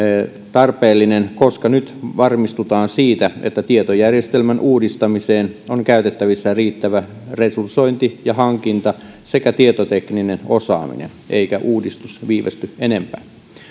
tarpeellinen koska nyt varmistutaan siitä että tietojärjestelmän uudistamiseen on käytettävissä riittävä resursointi ja hankinta sekä tietotekninen osaaminen eikä uudistus viivästy enempää